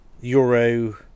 Euro